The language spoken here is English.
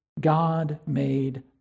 God-made